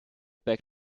back